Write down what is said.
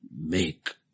make